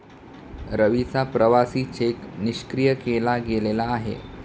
रवीचा प्रवासी चेक निष्क्रिय केला गेलेला आहे